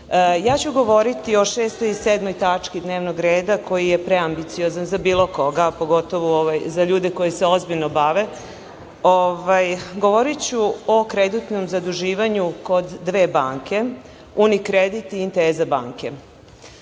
vreme. Govoriću o 6. i 7. tački dnevnog reda, koji je preambiciozan za bilo koga, a pogotovo za ljude koji se ozbiljno bave. Govoriću o kreditnom zaduživanju kod dve banke, „Unikredit“ i „Inteza